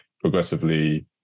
progressively